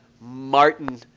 Martin